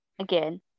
again